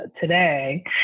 today